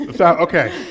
Okay